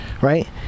right